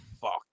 fuck